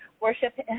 Worship